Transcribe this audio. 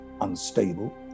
unstable